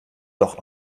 doch